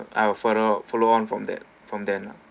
I will follow follow on from that from then lah